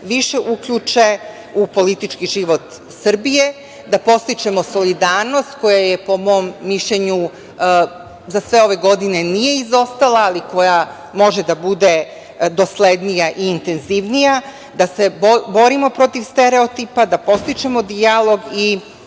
više uključe u politički život Srbije, da podstičemo solidarnost, koja po mom mišljenju za sve ove godine nije izostala, ali koja može da bude doslednija i intenzivnija, da se borimo protiv stereotipa, da podstičemo dijalog i